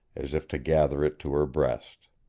as if to gather it to her breast.